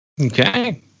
okay